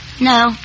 No